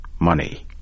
money